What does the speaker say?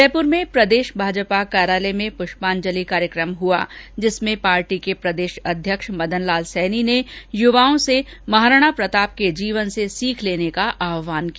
जयपुर में प्रदेश भाजपा कार्यालय में पुष्पाजलि कायकम हुआजिसमें पार्टी के प्रदेश अध्यक्ष मदन लाल सैनी ने यूवाओं से महाराणा प्रताप के जीवन से सीख लेने का आहवान किया